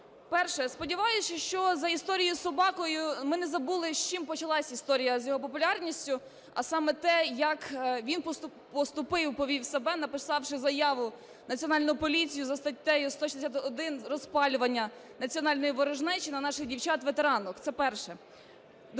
Перше. Сподіваюсь, що із-за історії з собакою ми не забули, чим почалася історія з його популярністю, а саме те, як він поступив і повів себе, написавши заяву в Національну поліцію за статтею 161 "Розпалювання національної ворожнечі" на наших дівчат-ветеранок. Це перше. Друге.